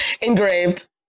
Engraved